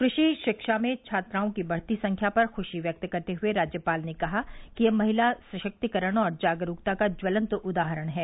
कृषि शिक्षा में छात्राओं की बढ़ती संख्या पर खुशी व्यक्त करते हुए राज्यपाल ने कहा कि यह महिला सशक्तिकरण और जागरूकता का ज्वलंत उदाहरण है